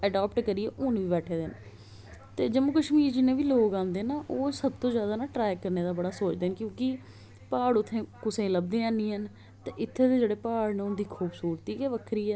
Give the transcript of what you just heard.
adapt करिये हून बी बैठे दे ना ते जम्मू कशमीर जिन्ने बी लोक आंदे ना ओह् सब तू ज्यादा ना ट्रैक करने दा बड़ा सोचदे ना क्योकि प्हाड़ उत्थै बी कुसै गी लभदे है नी हैन ते इत्थे दे जोहडे़ प्हाड़ ना उंदी खूबसूरती गै बक्खरी ऐ